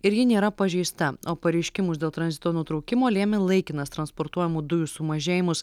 ir ji nėra pažeista o pareiškimus dėl tranzito nutraukimo lėmė laikinas transportuojamų dujų sumažėjimas